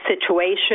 situation